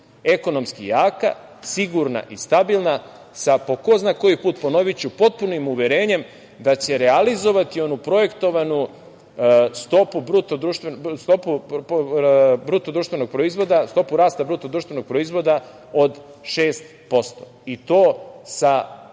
ekonomski jaka, sigurna i stabilna, sa po ko zna koji put ponoviću, potpunim uverenjem da će realizovati onu projektovanu stopu rasta BDP od 6% i to sa